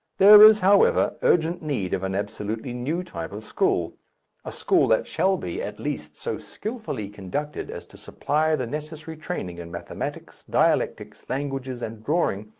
there is, however, urgent need of an absolutely new type of school a school that shall be, at least, so skilfully conducted as to supply the necessary training in mathematics, dialectics, languages, and drawing,